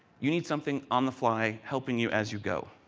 you need something on the fly helping you as you go.